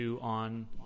on